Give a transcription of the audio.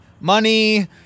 money